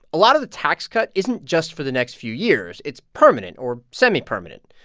a lot of the tax cut isn't just for the next few years, it's permanent or semi-permanent.